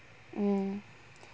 mm